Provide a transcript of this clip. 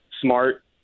smart